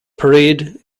parade